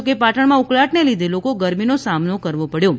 જો કે પાટણમાં ઉકળાટને લીધે લોકો ગરમીનો સામનો કરવો પડયો હતો